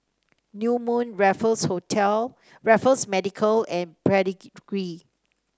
New Moon Raffles Hotel Raffles Medical and Pedigree